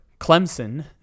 Clemson